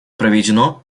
проведено